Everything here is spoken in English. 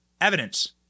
evidence